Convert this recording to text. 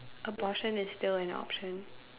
abortion is still an option